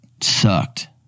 sucked